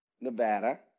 Nevada